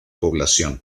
población